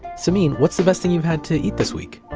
samin, what's the best thing you've had to eat this week?